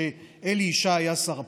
כשאלי ישי היה שר הפנים.